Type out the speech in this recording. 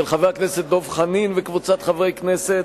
של חבר הכנסת דב חנין וקבוצת חברי הכנסת,